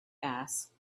asked